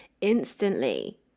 instantly